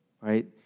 right